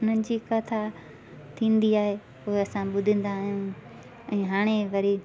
उन्हनि जी कथा थींदी आहे उहो असां ॿुधंदा आहियूं ऐं हाणे वरी